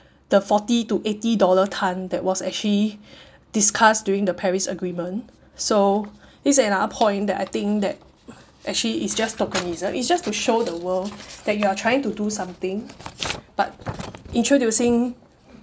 the forty to eighty dollar tonne that was actually discussed during the paris agreement so this another point that I think that actually is just tokenism it's just to show the world that you are trying to do something but introducing